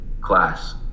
class